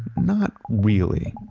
not really.